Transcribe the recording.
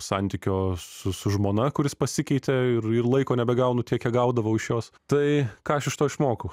santykio su su žmona kuris pasikeitė ir laiko nebegaunu tiek kiek gaudavau iš jos tai ką aš iš to išmokau